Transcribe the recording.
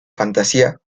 fantasía